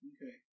Okay